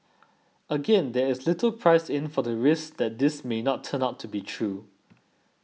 again there is little priced in for the risk that this may not turn out to be true